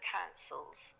councils